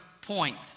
point